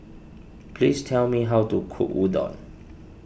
please tell me how to cook Udon